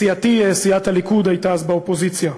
סיעתי, סיעת הליכוד, הייתה אז באופוזיציה.